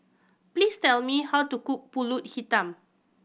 please tell me how to cook Pulut Hitam